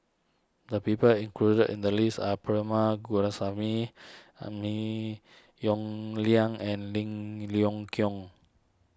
the people included in the list are Perumal Govindaswamy are Lim Yong Liang and Lim Leong Geok